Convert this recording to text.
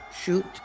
Shoot